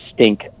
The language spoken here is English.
stink